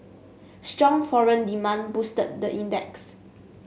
strong foreign demand boosted the index